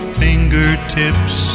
fingertips